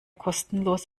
kostenlos